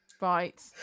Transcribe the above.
Right